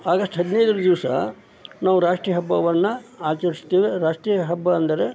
August ಹದಿನೈದರ ದಿವಸ ನಾವು ರಾಷ್ಟ್ರೀಯ ಹಬ್ಬವನ್ನು ಆಚರಿಸ್ತೇವೆ ರಾಷ್ಟ್ರೀಯ ಹಬ್ಬ ಅಂದರೆ